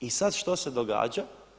I sad što se događa?